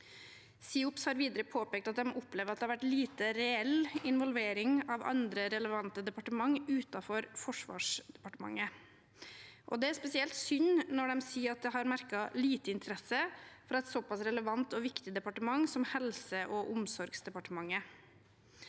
SIOPS har videre påpekt at de opplever at det har vært lite reell involvering av andre relevante departement utenom Forsvarsdepartementet. Det er spesielt synd at de sier de har merket lite interesse fra et såpass relevant og viktig departement som Helse- og omsorgsdepartementet.